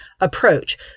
approach